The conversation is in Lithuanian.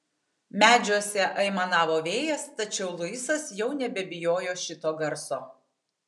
medžiuose aimanavo vėjas tačiau luisas jau nebebijojo šito garso